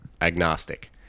agnostic